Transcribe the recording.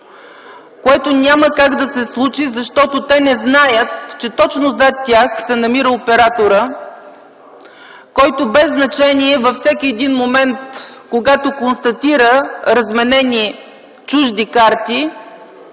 което няма как да се случи, защото те не знаят, че точно зад тях се намира операторът, който във всеки един момент, когато констатира разменени чужди карти,